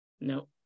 no